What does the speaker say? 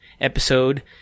episode